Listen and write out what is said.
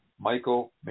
Michael